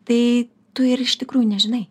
tai tu ir iš tikrųjų nežinai